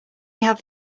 have